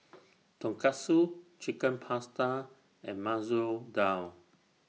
Tonkatsu Chicken Pasta and Masoor Dal